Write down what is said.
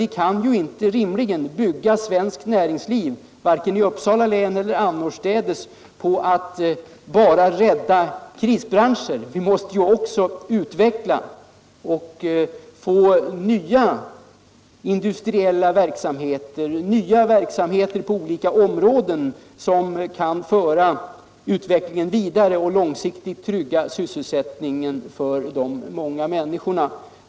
Vi kan ju inte rimligen bygga svenskt näringsliv, varken i Uppsala län eller annorstädes, på att stanna vid att rädda krisbranscher. Vi måste också utveckla verksamheter och få i gång nya på olika områden, industriella och andra, som kan föra utvecklingen vidare och långsiktigt trygga sysselsättningen för de många människorna.